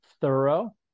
thorough